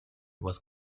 was